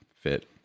fit